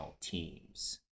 teams